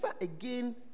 again